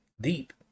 deep